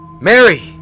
Mary